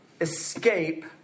escape